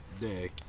day